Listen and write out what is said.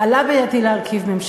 עלה בידי להרכיב ממשלה.